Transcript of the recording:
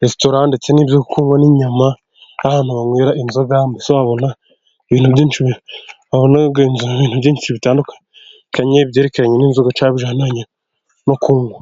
resitora ndetse n'ibyo kurya nk'inyama. Ahantu banywera inzoga babona ibintu byinshi, ibintu byinshi bitandukanye byeyerekeranye n'inzoga n'ibindi byo kunywa.